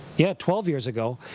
yeah, twelve years ago,